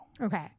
Okay